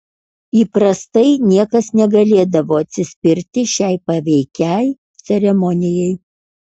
įprastai niekas negalėdavo atsispirti šiai paveikiai ceremonijai